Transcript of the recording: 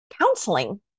counseling